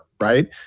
Right